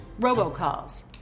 robocalls